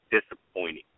disappointing